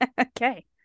Okay